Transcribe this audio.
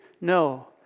No